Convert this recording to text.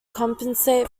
compensate